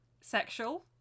sexual